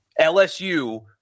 LSU